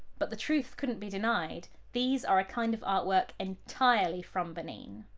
but the truth couldn't be denied these are a kind of artwork entirely from benin.